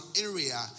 area